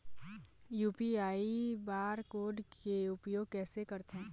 UPI bar code के उपयोग कैसे करथें?